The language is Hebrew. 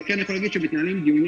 אבל אני כן יכול להגיד שמתנהלים דיונים